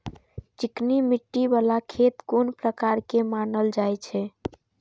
चिकनी मिट्टी बाला खेत कोन प्रकार के मानल जाय छै?